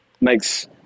makes